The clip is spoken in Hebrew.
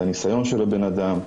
זה הניסיון של הבן אדם,